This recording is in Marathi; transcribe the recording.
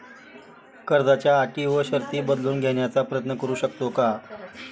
कर्जाच्या अटी व शर्ती बदलून घेण्याचा प्रयत्न करू शकतो का?